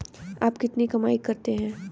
आप कितनी कमाई करते हैं?